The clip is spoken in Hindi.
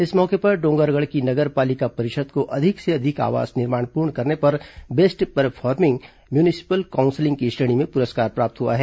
इस मौके पर डोंगरगढ़ की नगर पालिका परिषद को अधिक से अधिक आवास निर्माण पूर्ण करने पर बेस्ट परफॉर्मिंग म्यूनिसिपल काउंसिल की श्रेणी में पुरस्कार प्राप्त हुआ है